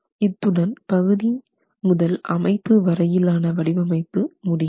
இத்துடன் பகுதி முதல் அமைப்பு வரையிலான வடிவமைப்பு முடிகிறது